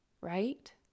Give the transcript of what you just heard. right